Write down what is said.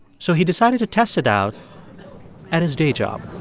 so he decided to test it out at his day job